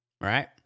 Right